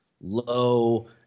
low